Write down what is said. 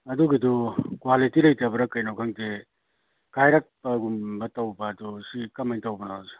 ꯑꯗꯨꯒꯤꯗꯨ ꯀ꯭ꯋꯥꯂꯤꯇꯤ ꯂꯩꯇꯕ꯭ꯔ ꯀꯩꯅꯣ ꯈꯪꯗꯦ ꯀꯥꯏꯔꯛꯄꯒꯨꯝꯕ ꯇꯧꯕ ꯑꯗꯣ ꯁꯤ ꯀꯃꯥꯏ ꯇꯧꯕꯅꯣ ꯑꯣꯖꯥ